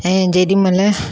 ऐं जेॾीमहिल